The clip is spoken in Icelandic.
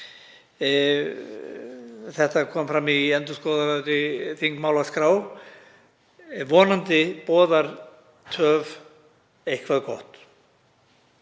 Þetta kom fram í endurskoðaðri þingmálaskrá. Vonandi boðar töf eitthvað gott.